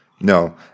No